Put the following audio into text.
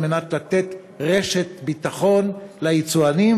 כדי לתת רשת ביטחון ליצואנים?